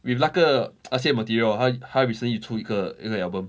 with 那个 那些 material hor 他他 recently 出一个一个 album